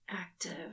active